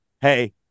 hey